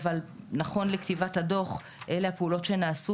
אבל נכון לכתיבת הדו"ח אלה הפעולות שנעשו